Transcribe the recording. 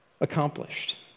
accomplished